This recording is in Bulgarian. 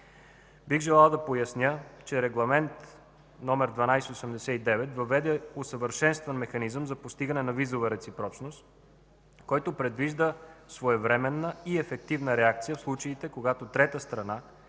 Бих желал да поясня, че Регламент 1289 въведе усъвършенстван механизъм за постигане на визова реципрочност, който предвижда своевременна и ефективна реакция в случаите, когато трета страна,